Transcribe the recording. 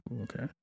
Okay